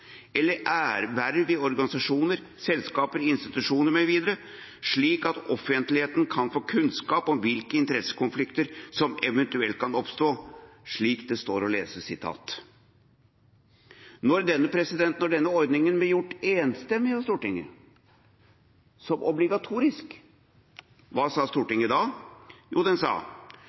eller verv i, organisasjoner, selskaper, institusjoner mv., slik at offentligheten kan få kunnskap om hvilke interessekonflikter som eventuelt kan oppstå». Slik står det å lese. Da denne ordninga ble gjort obligatorisk av et enstemmig Stortinget,